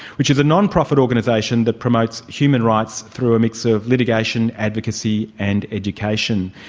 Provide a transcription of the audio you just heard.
which is a non-profit organisation that promotes human rights through a mix ah of litigation, advocacy and education.